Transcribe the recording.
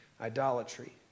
idolatry